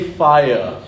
fire